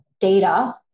data